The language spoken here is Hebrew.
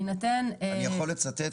אני יכול לצטט?